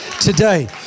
today